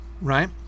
Right